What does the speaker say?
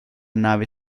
nave